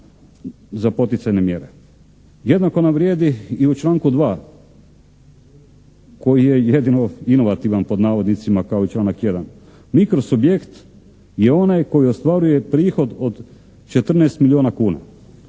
za poticajne mjere. Jednako nam vrijedi i u članku 2. koji je jedino "inovativan", pod navodnicima, kao i članak 1. Mikro-subjekt je onaj koji ostvaruje prihod od 14 milijuna kuna,